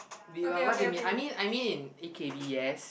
wait what what do you mean I mean I mean A_K_B yes